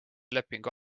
lepingu